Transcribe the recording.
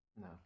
No